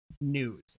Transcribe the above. news